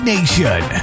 Nation